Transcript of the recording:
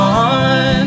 on